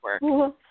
work